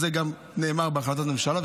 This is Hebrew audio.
זה נאמר גם בהחלטת ממשלה,